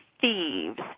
thieves